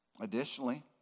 Additionally